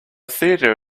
theater